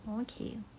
okay